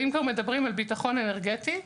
אם מדברים על ביטחון אנרגטי,